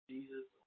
Jesus